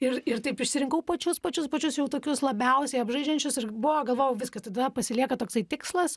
ir ir taip išsirinkau pačius pačius pačius jau tokius labiausiai apžaidžiančius ir buvo galvojau viskas tada pasilieka toksai tikslas